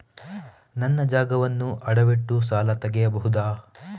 ನನ್ನ ಜಾಗವನ್ನು ಅಡವಿಟ್ಟು ಸಾಲ ತೆಗೆಯಬಹುದ?